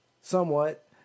somewhat